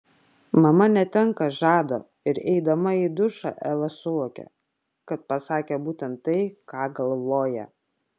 mama netenka žado ir eidama į dušą eva suvokia kad pasakė būtent tai ką galvoja